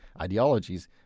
ideologies